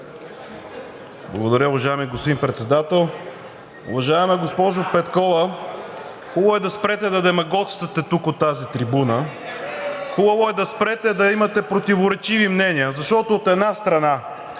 Благодаря, уважаеми господин Председател. Уважаема госпожо Петкова, хубаво е да спрете да демагогствате тук от тази трибуна. Хубаво е да спрете да имате противоречиви мнения, защото, от една страна,